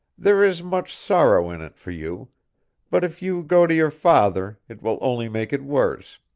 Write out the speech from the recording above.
there is much sorrow in it for you but if you go to your father it will only make it worse.